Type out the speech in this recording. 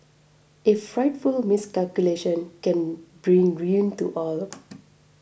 a frightful miscalculation can bring ruin to all